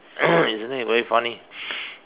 isn't it very funny